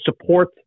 support